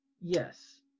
Yes